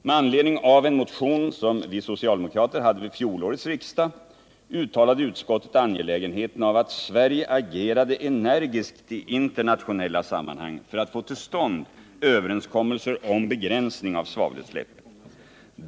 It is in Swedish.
Med anledning av en motion som vi socialdemokrater hade väckt vid fjolårets riksdag uttalade utskottet angelägenheten av att Sverige agerade energiskt i internationella sammanhang för att få till stånd överenskommelser om begränsning av svavelutsläppen.